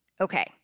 Okay